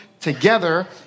together